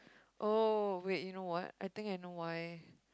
oh wait you know what I think I know why